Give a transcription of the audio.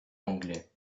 anglais